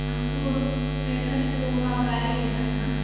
हमको Passion Pro की गाड़ी लेना था